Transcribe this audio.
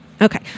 Okay